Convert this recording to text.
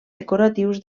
decoratius